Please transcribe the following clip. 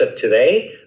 today